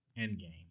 Endgame